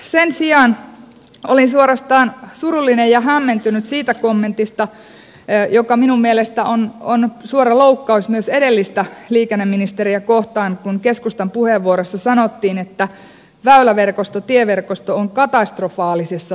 sen sijaan olin suorastaan surullinen ja hämmentynyt siitä kommentista joka minun mielestäni on suora loukkaus myös edellistä liikenneministeriä kohtaan kun keskustan puheenvuorossa sanottiin että väyläverkosto tieverkosto on katastrofaalisessa tilassa